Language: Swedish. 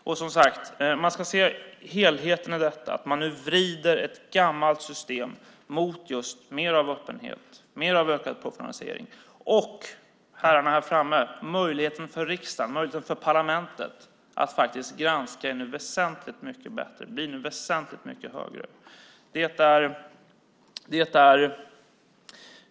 Vi ska, som sagt, se helheten i detta. Ett gammalt system vrids nu mot mer av öppenhet, mer av ökad professionalisering. Och, herrarna här framme, möjligheten för parlamentet att faktiskt granska blir nu väsentligt mycket bättre.